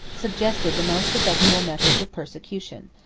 suggested the most effectual methods of persecution.